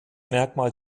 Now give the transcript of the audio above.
merkmal